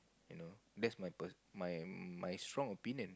you know that's my per~ my my strong opinion